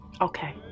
Okay